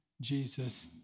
Jesus